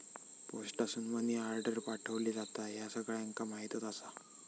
पोस्टासून money order पाठवली जाता, ह्या सगळ्यांका माहीतच आसा